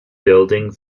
building